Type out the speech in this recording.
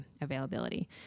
availability